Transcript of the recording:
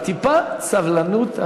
טיפה סבלנות,